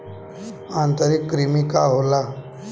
आंतरिक कृमि का होला?